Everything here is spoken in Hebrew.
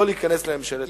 שלא להיכנס לממשלת אחדות.